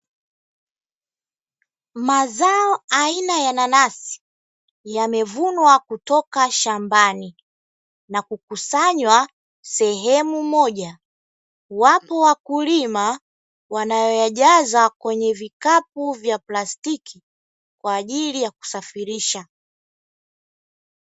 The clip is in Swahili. Mazao aina ya nanasi, yamevunwa kutoka shambani na kukusanywa sehemu moja, wapo wakulima wanaoyajaza kwenye vikapu vya plastiki kwa ajili ya kusafirisha.